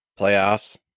playoffs